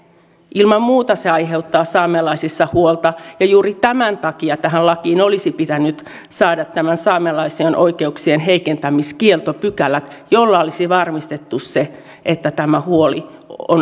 ilman muuta se aiheuttaa saamelaisissa huolta ja juuri tämän takia lakiin olisi pitänyt saada saamelaisten oikeuksien heikentämiskieltopykälä jolla olisi varmistettu se että tämä huoli on aiheeton